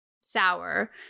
sour